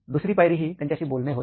दुसरी पायरी ही त्यांच्याशी बोलणे होय